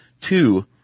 two